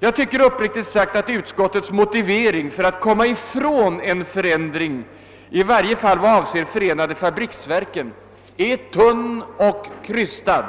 Jag tycker uppriktigt sagt att utskottets motivering för att komma ifrån en förändring åtminstone vad avser förenade fabriksverken är tunn och krystad.